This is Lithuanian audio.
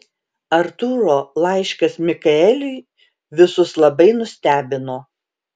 artūro laiškas mikaeliui visus labai nustebino